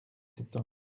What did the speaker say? septembre